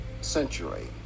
century